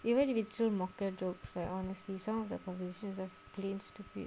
even if it's still mocker jokes like honestly some of the provinces just plain stupid